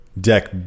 deck